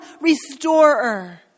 restorer